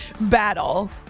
battle